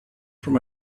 from